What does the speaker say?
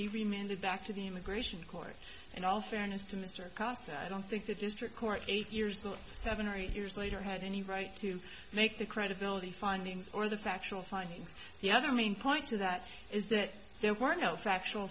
remembered back to the immigration court and also fairness to mr costin i don't think the district court eight years or seven or eight years later had any right to make the credibility findings or the factual findings the other main point to that is that there were no factual